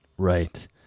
Right